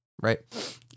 right